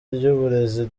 ry’uburezi